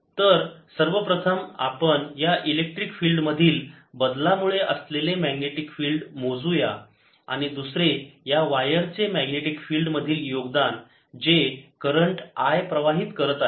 तर सर्वप्रथम आपण या इलेक्ट्रिक फिल्ड मधील बदला मुळे असलेले मॅग्नेटिक फिल्ड मोजुया आणि दुसरे या वायरचे मॅग्नेटिक फिल्ड मधील योगदान जी करंट I प्रवाहित करत आहे